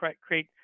create